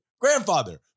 Grandfather